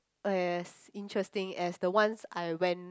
as interesting as the ones I went